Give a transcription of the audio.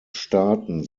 staaten